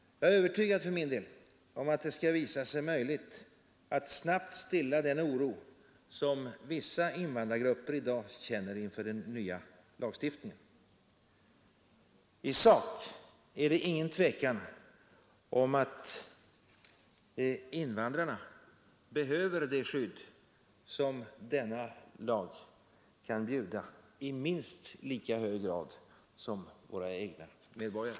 Jag är för min del övertygad om att det skall visa sig möjligt att snabbt stilla den oro som vissa invandrargrupper i dag känner inför den nya lagstiftningen. I sak är det inget tvivel om att invandrarna behöver det skydd som denna lag kan erbjuda i minst lika hög grad som våra egna medborgare.